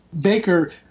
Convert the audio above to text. baker